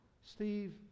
Steve